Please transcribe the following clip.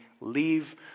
leave